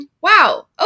Wow